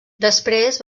després